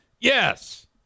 Yes